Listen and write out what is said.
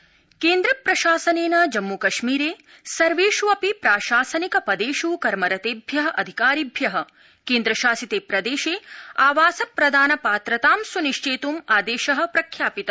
जम्मूकश्मीर केन्द्रप्रशासनेन जम्मूकश्मीरे सर्वेष् अपि प्राशासनिक पदेष् कर्मरतेभ्य अधिकारिभ्य केन्द्रशासिते प्रदेश आवास प्रदान पात्रतां स्निश्चेत्ं आदेश प्रख्यापित